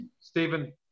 Stephen